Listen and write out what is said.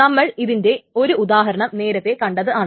നമ്മൾ ഇതിന്റെ ഒരു ഉദാഹരണം നേരത്തെ കണ്ടതാണ്